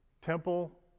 temple